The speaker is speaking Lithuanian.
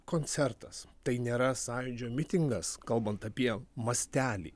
koncertas tai nėra sąjūdžio mitingas kalbant apie mastelį